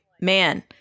man